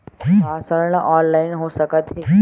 का ऋण ऑनलाइन हो सकत हे?